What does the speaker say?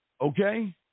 Okay